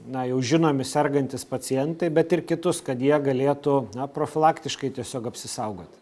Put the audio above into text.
na jau žinomi sergantys pacientai bet ir kitus kad jie galėtų profilaktiškai tiesiog apsisaugoti